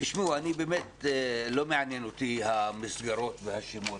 תשמעו, לא באמת מעניין המסגרות והשמות.